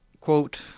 quote